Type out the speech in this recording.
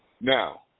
Now